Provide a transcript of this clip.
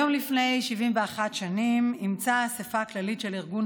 היום לפני 71 שנים אימצה האספה הכללית של ארגון